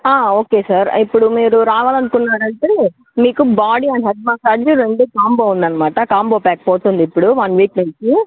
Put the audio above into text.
okay sir ఇప్పుడు మీరు రావాలనుకున్నారంటే మీకు బాడీ అండ్ హెడ్ మసాజ్ రెండూ కాంబో ఉంది అన్నమాట కాంబో ప్యాక్ పోతుంది ఇప్పుడు వన్ వీక్ నుంచి